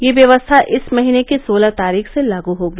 यह व्यवस्था इस महीने की सोलह तारीख से लागू होगी